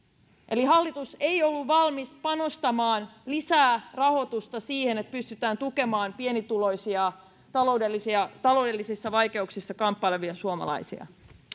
eli hallitus ei ollut valmis panostamaan lisää rahoitusta siihen että pystytään tukemaan pienituloisia taloudellisissa vaikeuksissa kamppailevia suomalaisia